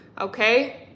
okay